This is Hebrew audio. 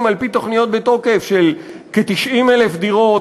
על-פי תוכניות בתוקף של כ-90,000 דירות,